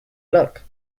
luck